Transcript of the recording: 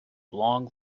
long